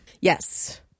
Yes